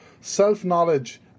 self-knowledge